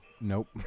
Nope